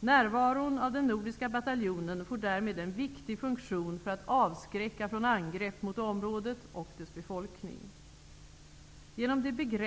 Närvaron av den nordiska bataljonen får därmed en viktig funktion för att avskräcka från angrepp mot området och dess befolkning.